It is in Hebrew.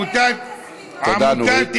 תודה, נורית.